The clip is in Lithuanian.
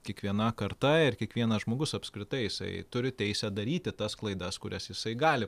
kiekviena karta ir kiekvienas žmogus apskritai jisai turi teisę daryti tas klaidas kurias jisai gali